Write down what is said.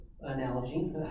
analogy